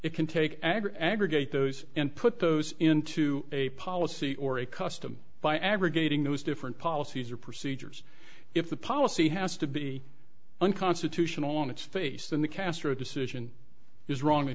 it can take ag aggregate those and put those into a policy or a custom by aggregating those different policies or procedures if the policy has to be unconstitutional on its face than the castro decision is wrong